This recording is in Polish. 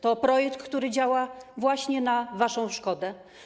To projekt, który działa właśnie na waszą szkodę.